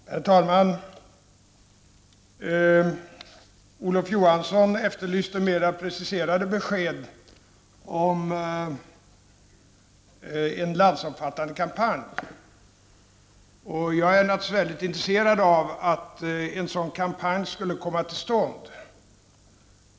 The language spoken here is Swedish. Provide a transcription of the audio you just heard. Herr talman! Olof Johansson efterlyste mer preciserade besked om en landsomfattande kampanj. Jag är naturligtvis intresserad av att en sådan kampanj kommer till stånd.